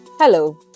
Hello